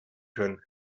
können